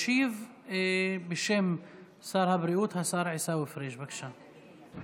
ישיב, בשם שר הבריאות, השר עיסאווי פריג', בבקשה.